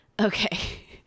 Okay